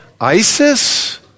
ISIS